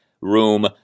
Room